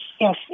Yes